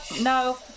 no